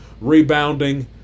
rebounding